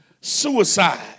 suicide